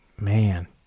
man